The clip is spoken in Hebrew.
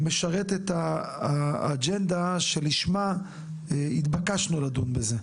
משרת את האג'נדה שלשמה התבקשנו לדון בזה.